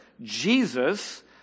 Jesus